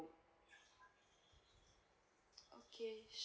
okay